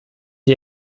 die